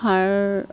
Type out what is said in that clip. আৰু